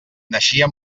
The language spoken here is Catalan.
naixia